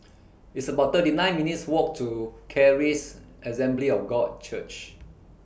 It's about thirty nine minutes' Walk to Charis Assembly of God Church